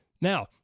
now